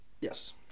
Yes